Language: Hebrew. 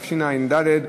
התשע"ד.